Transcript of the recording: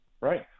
right